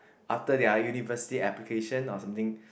after their university application or something